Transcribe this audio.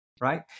Right